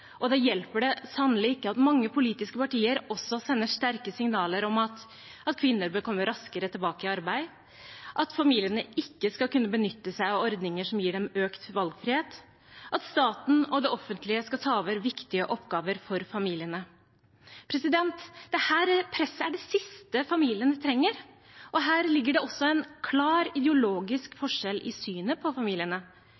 dem. Da hjelper det sannelig ikke at mange politiske partier sender sterke signaler om at kvinner bør komme raskere tilbake i arbeid, at familiene ikke skal kunne benytte seg av ordninger som gir dem økt valgfrihet, og at staten og det offentlige skal ta over viktige oppgaver for familiene. Dette presset er det siste familiene trenger. Her ligger det også en klar ideologisk